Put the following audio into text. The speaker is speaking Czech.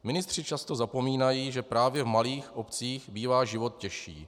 Ministři často zapomínají, že právě v malých obcích bývá život těžší.